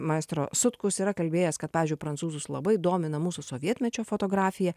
maestro sutkus yra kalbėjęs kad pavyzdžiui prancūzus labai domina mūsų sovietmečio fotografija